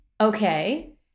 Okay